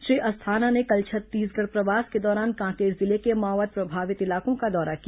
श्री अस्थाना ने कल छत्तीसगढ़ प्रवास के दौरान कांकेर जिले के माओवाद प्रभावित इलाकों का दौरा किया